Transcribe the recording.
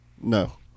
no